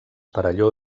perelló